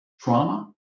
trauma